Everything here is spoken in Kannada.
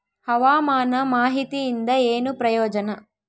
ಹವಾಮಾನ ಮಾಹಿತಿಯಿಂದ ಏನು ಪ್ರಯೋಜನ?